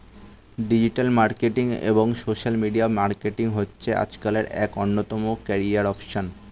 digital এবং social media marketing হচ্ছে আজকালের এক অন্যতম ক্যারিয়ার অপসন